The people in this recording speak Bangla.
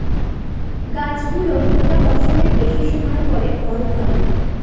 গাছ গুলোর দুটা বছরের বেশি সময় পরে ফল ধরে